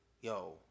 Yo